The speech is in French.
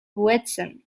weston